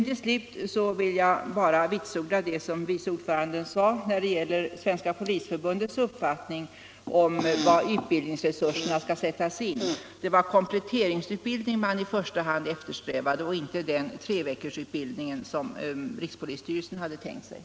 Till sist vill jag bara vitsorda det som utskottets vice ordförande sade när det gällde Svenska polisförbundets uppfattning om var utbildningsresurserna skall sättas in. Det var komplettering man i första hand eftersträvade för de polismän som utbildats enligt den gamla ordningen.